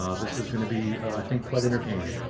um this is going to be, i think, quite entertaining.